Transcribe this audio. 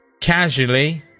casually